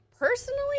Personally